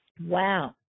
wow